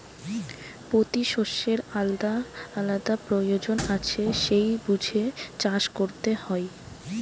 পোতি শষ্যের আলাদা আলাদা পয়োজন আছে সেই বুঝে চাষ কোরতে হয়